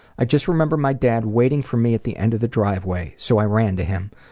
i just remember my dad waiting for me at the end of the driveway, so i ran to him.